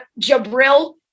Jabril